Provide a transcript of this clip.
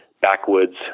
backwoods